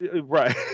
Right